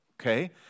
Okay